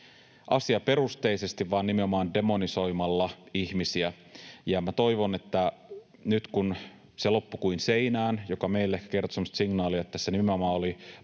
asiaperusteisesti, vaan nimenomaan demonisoimalla ihmisiä. Minä toivon, että nyt kun se loppui kuin seinään — mikä meille kertoi semmoista signaalia, että tässä nimenomaan oli